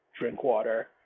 Drinkwater